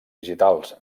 digitals